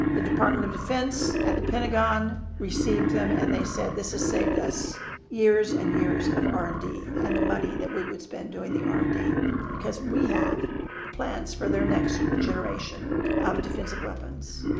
the department of defense at the pentagon received them and they said, this has saved us years and years of r and d. and the money that we would spend doing the r and d because we have the plans for their next generation of defensive weapons.